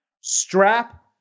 strap